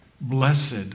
Blessed